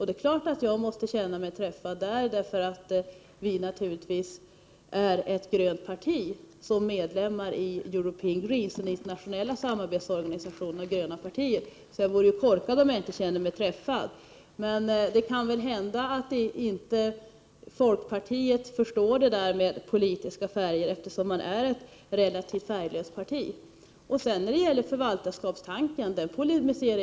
Det är klart att jag känner mig träffad i det avseendet, eftersom vi naturligtvis är ett grönt parti som medlemmar i European Green, den internationella samarbetsorganisationen för gröna partier. Jag vore ju korkad om jag inte kände mig träffad. Folkpartiet förstår kanske inte det här med politiska färger, eftersom man är ett relativt färglöst parti. Jag polemiserar inte alls mot förvaltarskapstanken.